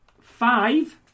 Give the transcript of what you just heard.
five